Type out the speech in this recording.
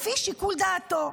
לפי שיקול דעתו.